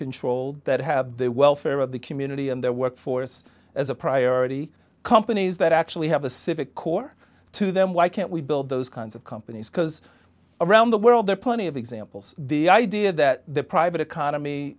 control that have the welfare of the community and their workforce as a priority companies that actually have a civic core to them why can't we build those kinds of companies because around the world there are plenty of examples the idea that the private economy